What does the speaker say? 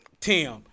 Tim